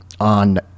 on